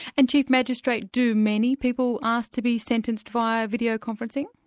and chief magistrate, do many people ask to be sentenced via video conferencing?